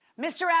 Mr